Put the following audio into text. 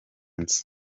nzu